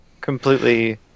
completely